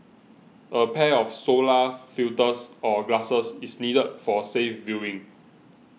a pair of solar filters or glasses is needed for safe viewing